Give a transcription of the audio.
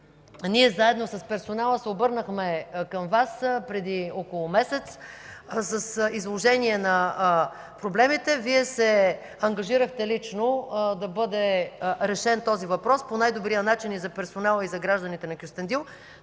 Ние, заедно с персонала, се обърнахме към Вас преди около месец с изложение на проблемите. Вие се ангажирахте лично да бъде решен този въпрос по най-добрия начин и за персонала, и за гражданите на Кюстендил,